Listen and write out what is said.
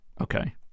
okay